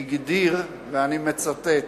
הגדיר, ואני מצטט,